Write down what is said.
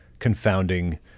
confounding